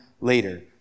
later